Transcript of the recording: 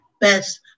best